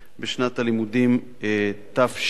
בשנת הלימודים תשע"א.